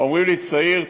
אומרים לי: צעיר,